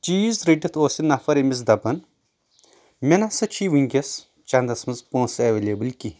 چیٖز رٔٹِتھ اوس سُہ نفر أمِس دپان مےٚ نسا چھُے ؤنکیٚس چندس منٛز پۄنٛسہٕ اٮ۪ویلیبٕل کہیٖنۍ